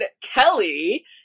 Kelly